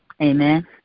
Amen